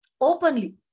openly